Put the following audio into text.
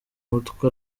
mutwe